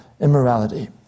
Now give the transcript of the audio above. immorality